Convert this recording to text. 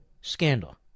scandal